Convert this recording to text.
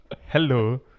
hello